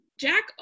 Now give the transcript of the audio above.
Jack